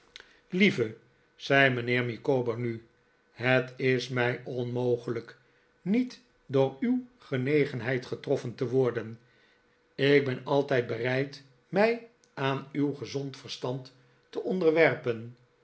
lieve zei mijnheer micawber nu het is mij onmogelijk niet door uw genegenheid getroffen te worden ik ben altijd bereid mij aan uw gezond verstand te onderwerpen